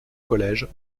collège